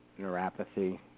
neuropathy